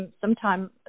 sometime